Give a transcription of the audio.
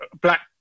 black